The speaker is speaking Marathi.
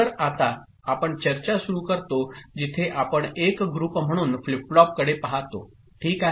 तर आता आपण चर्चा सुरू करतो जिथे आपण एकग्रुपम्हणून फ्लिप फ्लॉपकडे पाहतो ओके